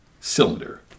cylinder